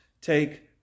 take